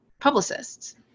publicists